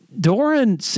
Doran